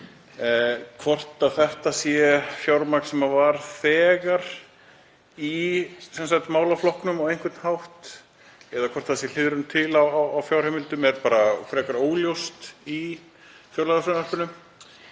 Hvort þetta sé fjármagn sem var þegar í málaflokknum á einhvern hátt eða hvort það sé hliðrun á fjárheimildum er bara frekar óljóst í fjárlagafrumvarpinu.